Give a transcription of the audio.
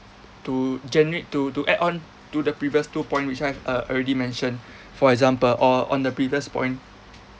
to generate to to add on to the previous two point which I have uh already mention for example or on the previous point